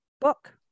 book